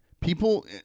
People